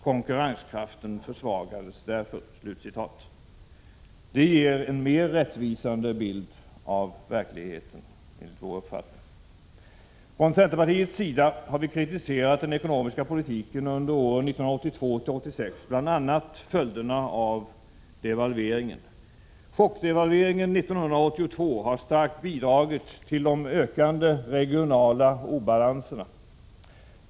Konkurrenskraften försvagades därför.” Det ger en mer rättvisande bild av verkligheten, enligt vår uppfattning. Från centerpartiets sida har vi kritiserat den ekonomiska politiken under åren 1982-1986, bl.a. följderna av devalveringen. Chockdevalveringen 1982 harstarkt bidragit till de ökande regionala obalanserna.